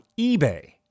eBay